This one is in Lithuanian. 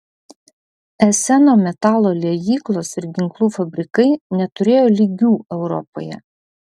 eseno metalo liejyklos ir ginklų fabrikai neturėjo lygių europoje